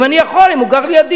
אם אני יכול, אם הוא גר לידי.